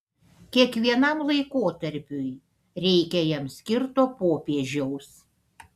kiekvienam laikotarpiui reikia jam skirto popiežiaus